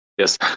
Yes